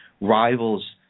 rivals